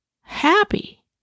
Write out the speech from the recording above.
happy